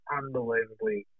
unbelievably